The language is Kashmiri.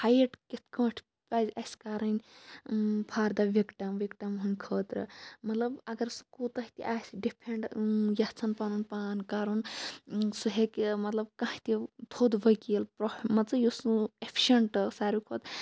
فایِٹ کِتھ پٲٹھۍ پَزِ اَسہِ کَرٕنۍ فار دَ وِکٹَم وِکٹَم ہٕندۍ خٲطرٕ مطلب اگر سُہ کوتاہ تہِ آسہِ ڈِفینڈ یژھاان پَنُن پان کَرُن سُہ ہیکہِ مطلب کانہہ تہِ تھود وکیٖل مان ژٕ یُس ایفِشَنٹ آسہِ ساروے کھۄتہٕ